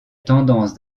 tendance